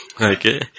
Okay